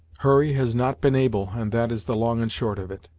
hurry has not been able, and that is the long and short of it.